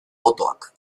botoak